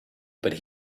but